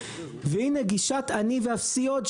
והינה גישת אני ואפסי עוד,